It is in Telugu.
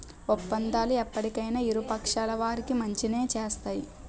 ఒప్పందాలు ఎప్పటికైనా ఇరు పక్షాల వారికి మంచినే చేస్తాయి